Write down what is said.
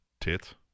tits